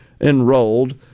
enrolled